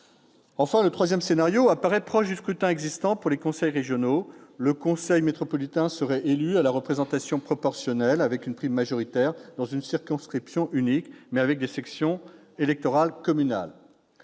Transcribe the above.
Enfin, le troisième scénario apparaît proche du scrutin existant pour les conseils régionaux : le conseil métropolitain serait élu à la représentation proportionnelle avec une prime majoritaire, dans une circonscription unique, mais avec des sections électorales communales.